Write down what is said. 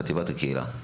חטיבת הקהילה.